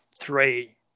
three